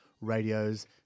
radios